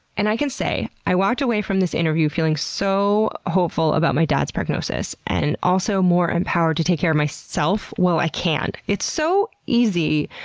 and i can say i walked away from this interview feeling sooo so hopeful about my dad's prognosis, and also more empowered to take care of myself while i can. it's so easy